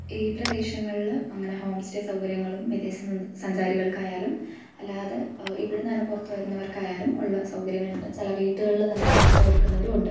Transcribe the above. ഈ പ്രദേശങ്ങളിൽ അങ്ങനെ ഹോം സ്റ്റേ സൗകര്യങ്ങളും വിദേശ സഞ്ചാരികൾക്കായാലും അല്ലാതെ ഇവിടുന്നു തന്നെ പുറത്തു വരുന്നവർക്കായാലും ഉള്ള സൗകര്യങ്ങളുണ്ട് ചില വീട്ടുകളിൽ തന്നെ ഹോം സ്റ്റേ ഒരുക്കുന്നവരുമുണ്ട്